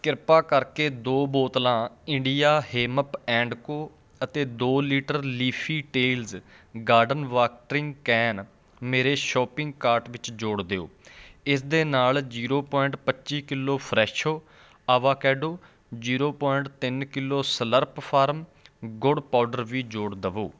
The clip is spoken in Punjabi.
ਕਿਰਪਾ ਕਰਕੇ ਦੋ ਬੋਤਲਾਂ ਇੰਡੀਆ ਹੇਮਪ ਐਂਡ ਕੋ ਅਤੇ ਦੋ litre Leafy Tales garden watering can ਮੇਰੇ ਸ਼ੋਪਿੰਗ ਕਾਰਟ ਵਿੱਚ ਜੋੜ ਦਿਓ ਇਸ ਦੇ ਨਾਲ ਜ਼ੀਰੋ ਪੁਆਇੰਟ ਪੱਚੀ kilo Fresho avocado zero point ਤਿੰਨ ਕਿੱਲੋ ਸਲਰਪ ਫਾਰਮ ਗੁੜ ਪਾਊਡਰ ਵੀ ਜੋੜ ਦੇਵੋ